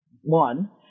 one